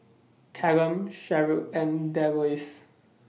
Callum Sherrill and Delois